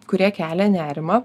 kurie kelia nerimą